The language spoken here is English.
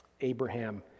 Abraham